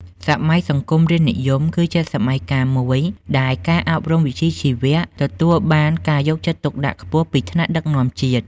សម័យសង្គមរាស្ត្រនិយម គឺជាសម័យកាលមួយដែលការអប់រំវិជ្ជាជីវៈទទួលបានការយកចិត្តទុកដាក់ខ្ពស់ពីថ្នាក់ដឹកនាំជាតិ។